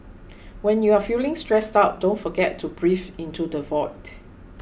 when you are feeling stressed out don't forget to breathe into the void